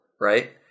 Right